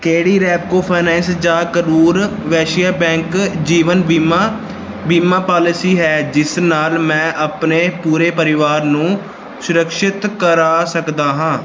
ਕਿਹੜੀ ਰੈਪਕੋ ਫਾਈਨੈਂਸ ਜਾਂ ਕਰੂਰ ਵੈਸ਼ਿਆ ਬੈਂਕ ਜੀਵਨ ਬੀਮਾ ਬੀਮਾ ਪਾਲਿਸੀ ਹੈ ਜਿਸ ਨਾਲ ਮੈਂ ਆਪਣੇ ਪੂਰੇ ਪਰਿਵਾਰ ਨੂੰ ਸੁਰਕਸ਼ਿਤ ਕਰਵਾ ਸਕਦਾ ਹਾਂ